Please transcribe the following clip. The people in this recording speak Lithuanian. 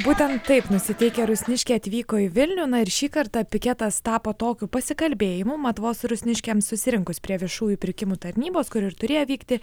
būtent taip nusiteikę rusniškiai atvyko į vilnių na ir šį kartą piketas tapo tokiu pasikalbėjimu mat vos rusniškiams susirinkus prie viešųjų pirkimų tarnybos kur ir turėjo vykti